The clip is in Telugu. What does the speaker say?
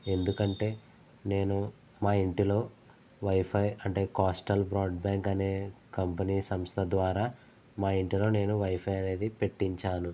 ఎందుకంటే నేను మా ఇంటిలో వైఫై అంటే కోస్టల్ బ్రాడ్ బ్యాంక్ అనే కంపనీ సంస్థ ద్వారా మా ఇంటిలో నేను వైఫై అనేది పెట్టించాను